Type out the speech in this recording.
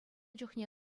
чухне